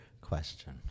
question